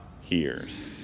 hears